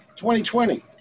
2020